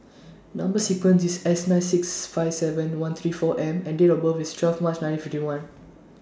Number sequence IS S nine six five seven one three four M and Date of birth IS twelve March nineteen fifty one